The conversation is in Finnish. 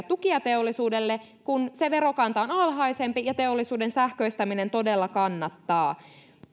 tukia teollisuudelle kun se verokanta on alhaisempi ja teollisuuden sähköistäminen todella kannattaa